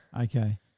Okay